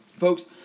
Folks